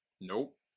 Nope